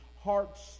hearts